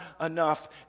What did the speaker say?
enough